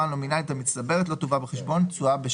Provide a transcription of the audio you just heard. מסלולית התשואה הנומינלית המצטברת ברוטו שהשיאה הקרן,